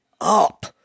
up